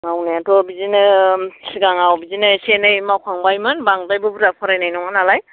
मावनायाथ' बिदिनो सिगाङाव बिदिनो एसे एनै मावखांबायमोन बांद्रायबो बुरजा फरायनाय नङा नालाय